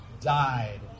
died